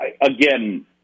again